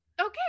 Okay